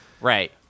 right